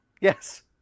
Yes